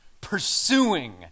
pursuing